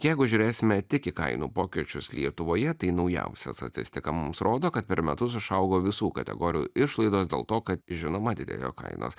jeigu žiūrėsime tik į kainų pokyčius lietuvoje tai naujausia statistika mums rodo kad per metus išaugo visų kategorijų išlaidos dėl to kad žinoma didėjo kainos